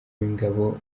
w’ingabo